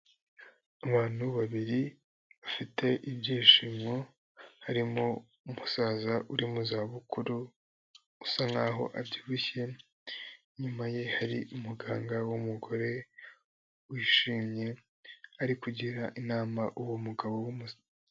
Abantu babiri bafite ibyishimo harimo umusaza uri mu za bukuru usa nkaho abyibushye, inyuma ye hari umuganga w'umugore wishimye, ari kugira inama uwo mugabo w'umusaza.